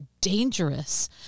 dangerous